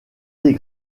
les